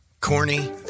corny